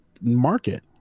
market